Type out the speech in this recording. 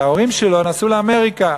וההורים שלו נסעו לאמריקה,